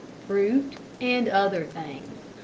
fruit, and other things.